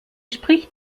spricht